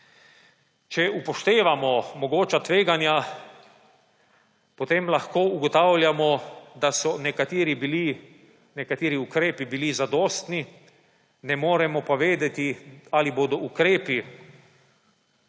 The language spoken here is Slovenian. Če upoštevamo mogoča tveganja, potem lahko ugotavljamo, da so nekateri ukrepi bili zadostni, ne moremo pa vedeti, ali bodo ukrepi,